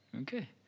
okay